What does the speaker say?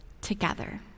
together